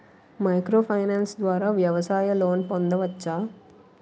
Micro finance ద్వారా వ్యవసాయ loan పొందవచ్చా?